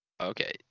okay